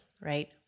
right